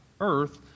earth